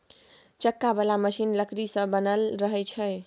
चक्का बला मशीन लकड़ी सँ बनल रहइ छै